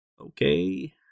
Okay